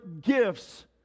gifts